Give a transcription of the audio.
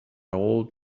old